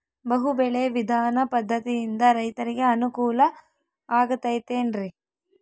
ಬಹು ಬೆಳೆ ವಿಧಾನ ಪದ್ಧತಿಯಿಂದ ರೈತರಿಗೆ ಅನುಕೂಲ ಆಗತೈತೇನ್ರಿ?